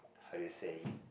how do you say